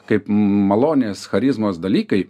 kaip malonės charizmos dalykai